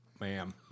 Ma'am